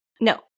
No